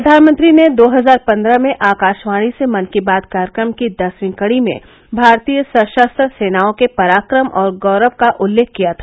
प्रधानमंत्री ने दो हजार पन्द्रह में आकाशवाणी से मन की बात कार्यक्रम की दसवी कड़ी में भारतीय सशस्त्र सेनाओं के पराक्रम और गौरव का उल्लेख किया था